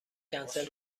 کنسل